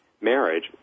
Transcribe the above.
marriage